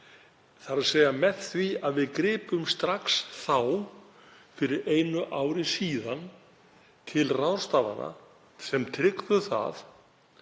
þessari sótt með því að við gripum strax þá, fyrir einu ári síðan, til ráðstafana sem tryggðu